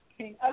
Okay